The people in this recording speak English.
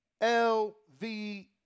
LV